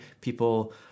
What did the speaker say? people